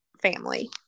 family